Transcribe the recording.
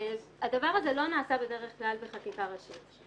הדבר הזה לא נעשה בדרך כלל בחקיקה ראשית.